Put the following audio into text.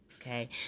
okay